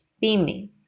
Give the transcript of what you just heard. beaming